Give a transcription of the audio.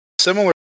similar